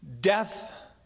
death